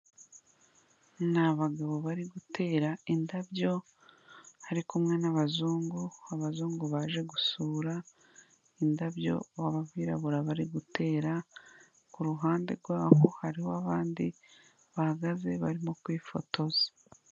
Ni bagabo bari gutera indabyo bari kumwe n'abazungu, abazungu baje gusura indabyo abirabura bari gutera, ku ruhande rwaho hariho abandi bahagaze barimo kwifotoza.